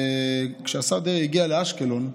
וכשהשר דרעי הגיע לאשקלון,